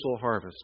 harvest